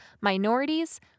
minorities